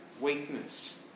weakness